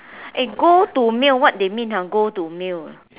eh go to meal what they mean ah go to meal